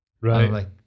Right